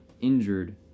injured